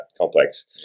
complex